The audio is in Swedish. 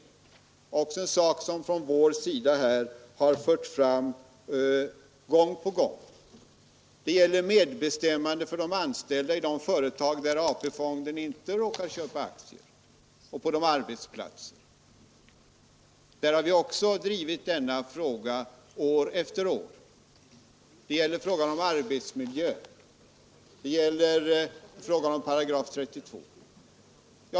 Det är också en sak som från vår sida har förts fram gång på gång. Det gäller vidare medbestämmande för de anställda i företagen även om AP-fonden icke råkar köpa aktier där. Även denna fråga har vi drivit år efter år. Det gäller frågan om arbetsmiljön, det gäller frågan om § 32.